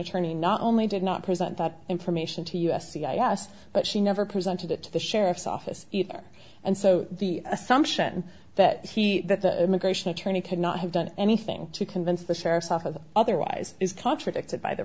attorney not only did not present that information to us c i s but she never presented it to the sheriff's office and so the assumption that he that the immigration attorney could not have done anything to convince the sheriff's office otherwise is contradicted by the